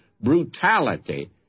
brutality